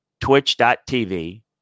twitch.tv